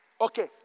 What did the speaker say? Okay